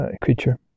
creature